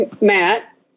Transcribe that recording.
Matt